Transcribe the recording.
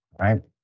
right